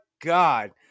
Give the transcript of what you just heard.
god